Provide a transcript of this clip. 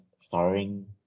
starring